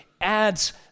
adds